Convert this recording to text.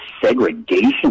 segregation